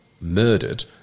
murdered